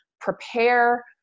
prepare